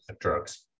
drugs